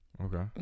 Okay